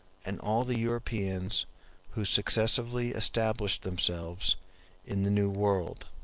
and all the europeans who successively established themselves in the new world.